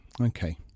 Okay